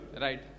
Right